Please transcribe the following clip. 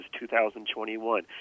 2021